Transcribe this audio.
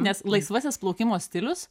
nes laisvasis plaukimo stilius